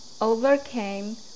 overcame